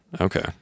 Okay